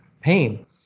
pain